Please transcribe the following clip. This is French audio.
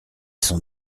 sont